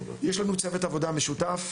יש לנו צוות עבודה משותף,